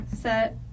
set